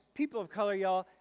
people of color, y'all,